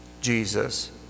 Jesus